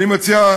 אני מציע,